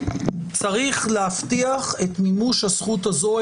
צריך להבטיח את מימוש הזכות הזו,